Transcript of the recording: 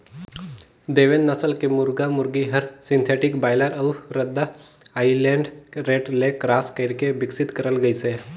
देवेंद नसल के मुरगा मुरगी हर सिंथेटिक बायलर अउ रद्दा आइलैंड रेड ले क्रास कइरके बिकसित करल गइसे